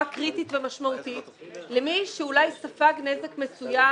קריטית ומשמעותית לבין מי שאולי ספג נזק מסוים